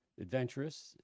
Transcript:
adventurous